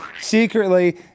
secretly